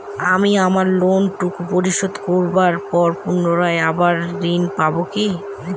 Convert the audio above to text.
আমি আমার লোন টুকু পরিশোধ করবার পর পুনরায় আবার ঋণ পাবো কি?